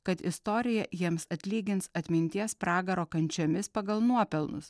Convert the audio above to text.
kad istorija jiems atlygins atminties pragaro kančiomis pagal nuopelnus